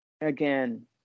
again